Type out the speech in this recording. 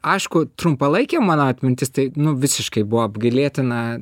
aišku trumpalaikė mano atmintis tai nu visiškai buvo apgailėtina